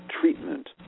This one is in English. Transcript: treatment